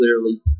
clearly